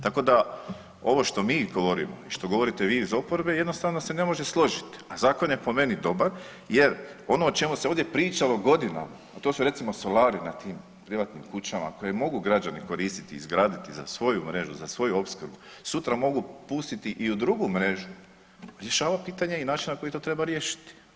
Tako da ovo što mi govorimo i što govorite vi oporbe jednostavno se ne može složiti, a zakon je po meni dobar jer ono o čemu se ovdje pričalo godinama, to su recimo solari na tim privatnim kućama koje mogu građani koristiti i izgraditi za svoju mrežu, za svoju opskrbu sutra mogu pustiti i u drugu mrežu, rješava pitanje i način na koji to treba riješiti.